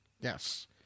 Yes